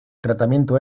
tratamiento